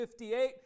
58